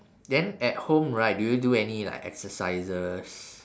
then at home right do you do any like exercises